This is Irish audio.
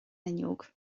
fhuinneog